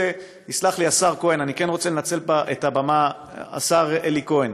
יסלח לי השר כהן, השר אלי כהן.